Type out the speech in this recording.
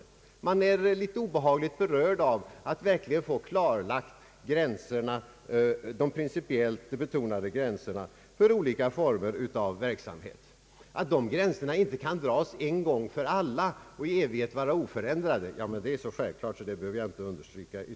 Socialdemokraterna är litet obehagligt berörda av tanken på att verkligen få de principiella gränserna för olika former av statlig verksamhet klarlagda. Att de gränserna inte kan dras en gång för alla och sedan vara oförändrade i evighet är så självklart att jag inte behöver understryka det.